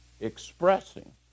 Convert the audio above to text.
expressing